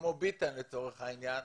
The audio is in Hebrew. כמו ביטן לצורך העניין,